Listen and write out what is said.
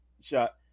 shot